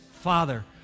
Father